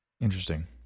Interesting